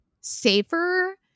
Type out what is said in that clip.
safer